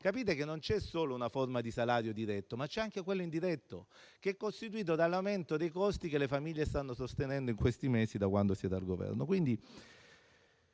Capite che non c'è solo una forma di salario diretto, ma anche indiretto, che è costituito dall'aumento dei costi che le famiglie stanno sostenendo in questi mesi, da quando siete al Governo?